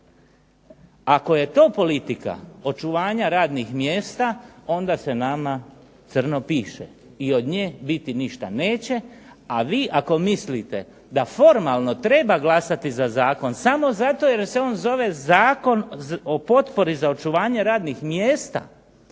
Ako je to politika očuvanja radnih mjesta, onda se nama crno piše i od nje biti ništa neće, a vi ako mislite da formalno treba glasati za zakon samo zato jer se on zove Zakon o potpori za očuvanje radnih mjesta,